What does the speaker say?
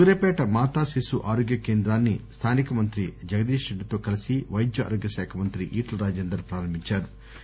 సూర్యపేట మాతా శిశు ఆరోగ్య కేంద్రాన్ని స్టానిక మంత్రి జగదీష్ రెడ్డి తో కలిసి పైద్య ఆరోగ్య శాఖ మంత్రి ఈటల రాజేందర్ ప్రారంభించారు